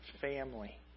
family